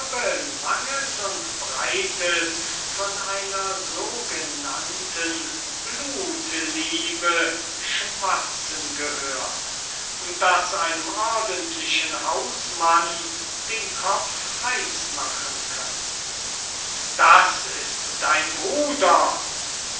langes und breites von einer sogenannten blutliebe schwatzen gehört das einem ordentlichen hausmann den kopf heiß machen könnte das ist dein bruder